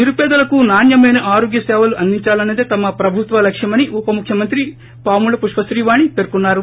నిరుపేదలకు నాణ్నమైన ఆరోగ్యసేవలు అందించాలన్నదే తమ ప్రభుత్వ లక్ష్యమని ఉపముఖ్యమంత్రి పాముల పుష్పశ్రీవాణి పర్కొన్నారు